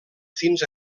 fins